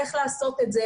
איך לעשות את זה,